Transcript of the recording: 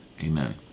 Amen